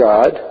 God